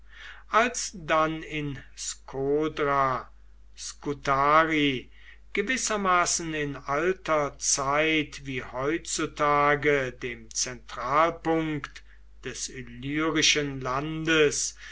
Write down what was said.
als dann in skodra scutari gewissermaßen in alter zeit wie heutzutage dem zentralpunkt des illyrischen landes